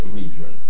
region